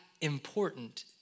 important